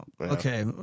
Okay